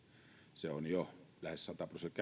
se on jo käytännössä lähes